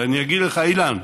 ואני אגיד לך, אילן,